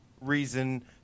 reason